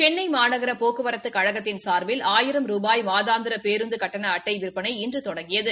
சென்னை மாநகர போக்குவரத்துக் கழகத்தின் சாா்பில் ஆயிரம் ரூபாய் மாதாந்திர பேருந்து கட்டண அட்டை விற்பனை இன்று தொடங்கியது